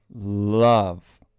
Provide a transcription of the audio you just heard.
Love